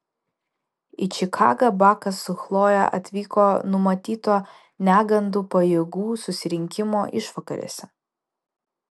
į čikagą bakas su chloje atvyko numatyto negandų pajėgų susirinkimo išvakarėse